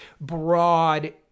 broad